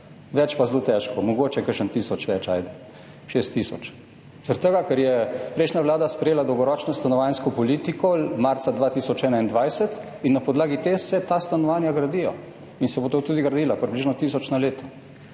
več pa zelo težko, mogoče kakšnih tisoč več, ajde, 6 tisoč? Zaradi tega ker je prejšnja vlada sprejela dolgoročno stanovanjsko politiko marca 2021 in na podlagi te se ta stanovanja gradijo. In se bodo tudi gradila, približno tisoč na leto